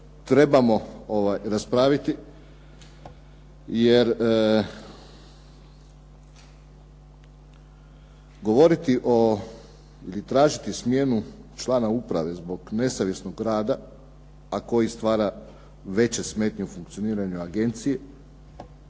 trebamo raspraviti. Jer govoriti i tražiti smjenu člana uprave zbog nesavjesnog rada, a koji stvara veće smetnje u funkcioniranju agencije